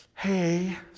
hey